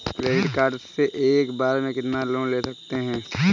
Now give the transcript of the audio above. Credit card से एक बार में कितना लोन ले सकते हैं?